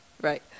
right